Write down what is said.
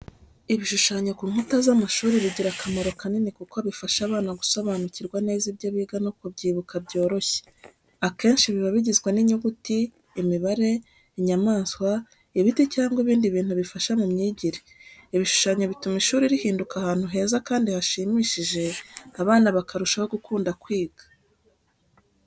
Ibishushanyo ku nkuta z'amashuri bigira akamaro kanini kuko bifasha abana gusobanukirwa neza ibyo biga no kubyibuka byoroshye. Akenshi biba bigizwe n'inyuguti, imibare, inyamanswa, ibiti cyangwa ibindi bintu bifasha mu myigire. Ibishushanyo bituma ishuri rihinduka ahantu heza kandi hashimishije abana bakarushaho gukunda kwiga.